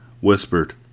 whispered